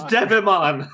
Devimon